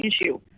issue